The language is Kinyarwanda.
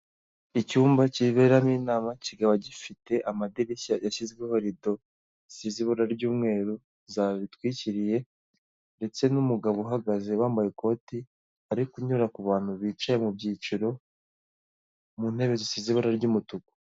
Icyumba kiberamo inama kikaba gifite amadirishya yashyizweho rido zisize ibara ry'umweru zabitwikiriye, ndetse n'umugabo uhagaze wambaye ikoti, ari kunyura ku bantu bicaye mu byiciro mu ntebe zisize ibara ry'umutuku.